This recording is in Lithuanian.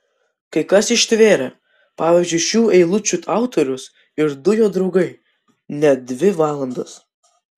kai kas ištvėrė pavyzdžiui šių eilučių autorius ir du jo draugai net dvi valandas